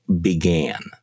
began